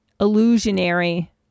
illusionary